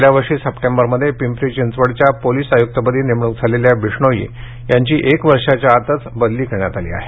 गेल्या वर्षी सप्टेंबरमध्ये पिंपरी चिंचवडच्या पोलिस आयुक्तपदी नेमणूक झालेल्या बिष्णोई यांची एक वर्षाच्या आत बदली करण्यात आली आहे